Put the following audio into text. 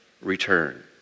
return